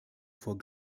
vor